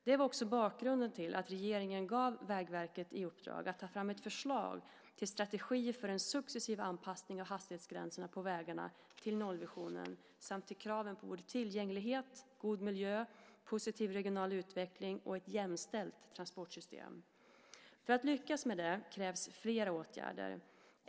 Det var också bakgrunden till att regeringen gav Vägverket i uppdrag att ta fram ett förslag till strategi för en successiv anpassning av hastighetsgränserna på vägarna till nollvisionen samt till kraven på tillgänglighet, god miljö, positiv regional utveckling och ett jämställt transportsystem. För att lyckas med detta krävs flera åtgärder.